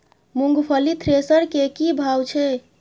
मूंगफली थ्रेसर के की भाव छै?